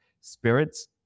spirits